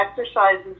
exercises